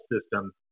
system